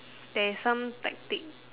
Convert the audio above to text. there is some tactic